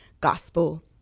gospel